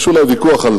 יש אולי ויכוח על